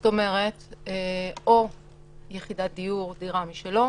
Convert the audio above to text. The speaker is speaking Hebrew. זאת אומרת אין לו או דירה או יחידת דיור משלו